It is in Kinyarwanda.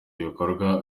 ibikorwa